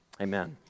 Amen